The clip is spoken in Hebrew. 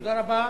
תודה רבה.